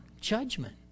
judgment